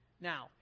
Now